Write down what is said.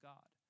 God